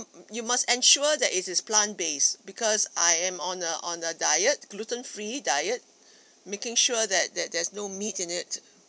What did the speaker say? you must ensure that it is plant based because I am on a on a diet gluten free diet making sure that that there's no meat in it